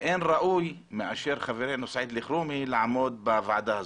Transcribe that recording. ואין ראוי מאשר חברנו סעיד אלחרומי לעמוד בראש הוועדה הזאת.